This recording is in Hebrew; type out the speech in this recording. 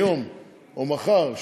היום או מחר,